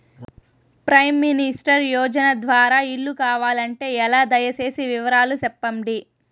Prime minister యోజన ద్వారా ఇల్లు కావాలంటే ఎలా? దయ సేసి వివరాలు సెప్పండి?